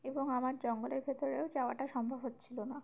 এবং আমার জঙ্গলের ভেতরেও যাওয়াটা সম্ভব হচ্ছিল না